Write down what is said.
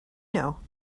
know